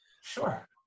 Sure